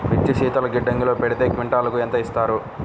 మిర్చి శీతల గిడ్డంగిలో పెడితే క్వింటాలుకు ఎంత ఇస్తారు?